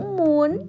muốn